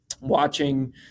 watching